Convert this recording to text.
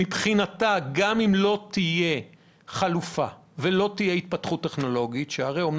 מבחינתה גם אם לא תהיה חלופה ולא תהיה התפתחות טכנולוגית היא עדיין